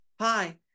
Hi